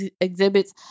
exhibits